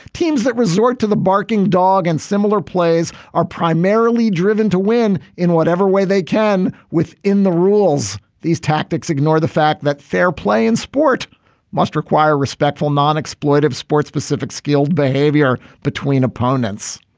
teams that resort to the barking dog and similar plays are primarily driven to win in whatever way they can within the rules. these tactics ignore the fact that fair play in sport must require respectful, non exploitive sports specific skilled behavior between opponents.